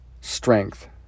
strength